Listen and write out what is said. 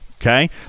Okay